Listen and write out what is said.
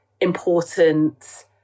important